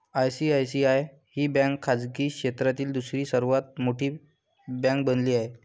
ICICI ही bank खाजगी क्षेत्रातील दुसरी सर्वात मोठी बँक बनली आहे